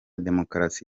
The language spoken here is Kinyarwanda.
demokarasi